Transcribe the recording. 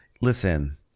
Listen